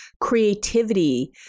creativity